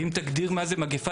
אם תגדיר מה זו מגיפה,